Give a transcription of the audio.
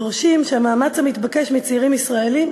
דורשים שהמאמץ המתבקש מצעירים ישראלים,